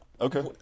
Okay